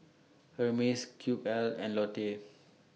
Hermes Cube I and Lotte